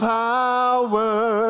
power